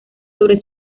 sobre